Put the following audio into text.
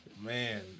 Man